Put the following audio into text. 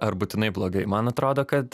ar būtinai blogai man atrodo kad